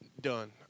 done